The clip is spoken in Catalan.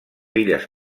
illes